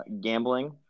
gambling